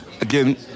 Again